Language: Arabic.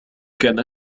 كان